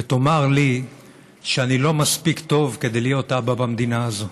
ותאמר לי שאני לא מספיק טוב כדי להיות אבא במדינה הזאת.